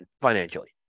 financially